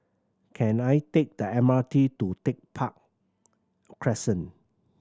can I take the M R T to Tech Park Crescent